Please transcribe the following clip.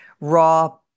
raw